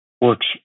works